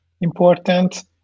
important